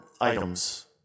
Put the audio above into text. items